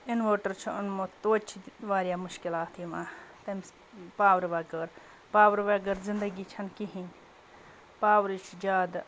inverter چھُ اوٚنمُت توتہِ چھِ واریاہ مُشکِلات یِوان تم پاورٕ وغٲر پاورٕ وَغٲر زِندگی چھَنہٕ کِہیٖنۍ پاورٕے چھُ زیادٕ